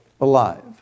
alive